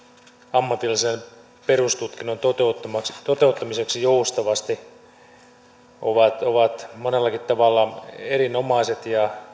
ammatillisen perustutkinnon toteuttamiseksi joustavasti ovat monellakin tavalla erinomaiset